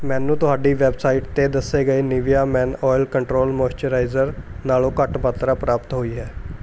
ਮੈਨੂੰ ਤੁਹਾਡੀ ਵੈੱਬਸਾਈਟ 'ਤੇ ਦੱਸੇ ਗਏ Nivea men oil control moisturiser ਨਾਲੋਂ ਘੱਟ ਮਾਤਰਾ ਪ੍ਰਾਪਤ ਹੋਈ ਹੈ